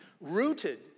rooted